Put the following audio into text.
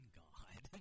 god